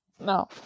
no